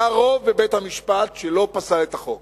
היה רוב בבית-המשפט שלא פסל את החוק,